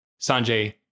Sanjay